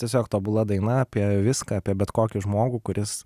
tiesiog tobula daina apie viską apie bet kokį žmogų kuris